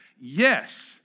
Yes